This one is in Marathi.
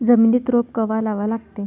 जमिनीत रोप कवा लागा लागते?